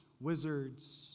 wizards